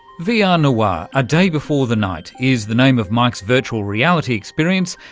vr yeah ah noir ah a day before the night is the name of mike's virtual reality experience,